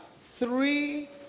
three